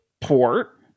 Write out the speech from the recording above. port